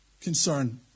Concern